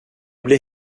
blev